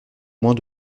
moins